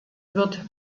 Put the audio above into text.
wird